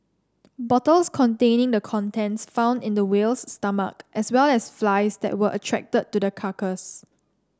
bottles containing the contents found in the whale's stomach as well as flies that were attracted to the carcass